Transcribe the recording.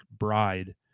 Bride